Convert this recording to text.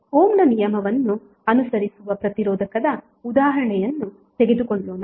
ಓಮ್ನ ನಿಯಮವನ್ನು ಅನುಸರಿಸುವ ಪ್ರತಿರೋಧಕದ ಉದಾಹರಣೆಯನ್ನು ತೆಗೆದುಕೊಳ್ಳೋಣ